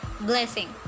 blessing